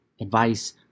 advice